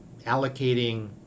allocating